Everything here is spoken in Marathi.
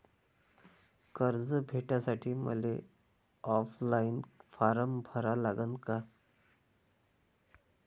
कर्ज भेटासाठी मले ऑफलाईन फारम भरा लागन का?